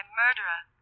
murderer